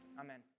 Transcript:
Amen